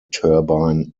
turbine